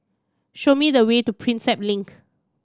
show me the way to Prinsep Link